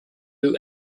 you